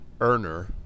earner